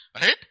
Right